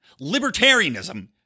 libertarianism